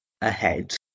ahead